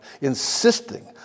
insisting